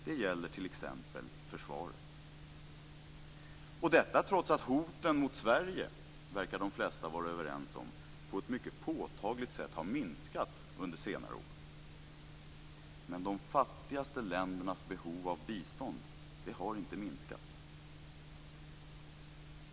Det gäller t.ex. försvaret - detta trots att hoten mot Sverige, vilket de flesta verkar vara överens om, på ett mycket påtagligt sätt har minskat under senare år. Men de fattigaste ländernas behov av bistånd har inte minskat.